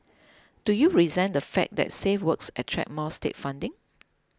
do you resent the fact that safe works attract more state funding